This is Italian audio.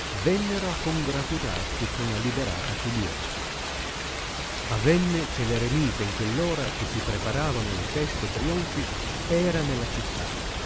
vennero a congratularsi con la liberata figliuola avenne che le eremita in queir ora che si preparavano le feste e trionfi era nella città